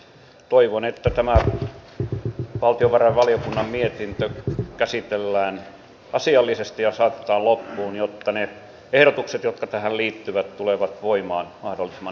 toivon että tämä valtiovarainvaliokunnan mietintö käsitellään asiallisesti ja saatetaan loppuun jotta ne ehdotukset jotka tähän liittyvät tulevat voimaan mahdollisimman nopeasti